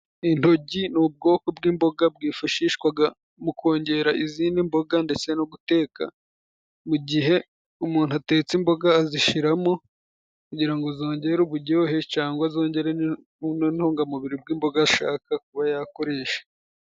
Intogi ni ubwoko bw'imboga bwifashishwaga mu kongera izindi mboga ndetse no guteka. Mu gihe umuntu atetse imboga azishiramo kugira ngo zongere ubujyohe cyangwa zongere n'intungamubiri bw'imboga ashaka kuba yakoresha.